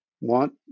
want